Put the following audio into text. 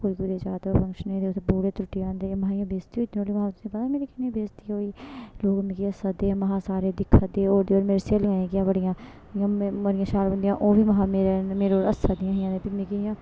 कोई कुदे जा दा होऐ ते फंक्शनै गी ते बूट त्रुट्टी जान ते महां इयां बेस्ती होई जंदी महा तुसें पता मेरी किन्नी बेस्ती होई लोक मिकी हस्सा दे महां सारे दिक्खा दे होर मेरियां स्हेलियां जेह्कियां बड़ियां इयां बड़ियां शैल बनदियां ओह् बी महां मेरे मेरे उप्पर हस्सा दियां हियां ते फ्ही मिकी इ'यां